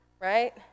right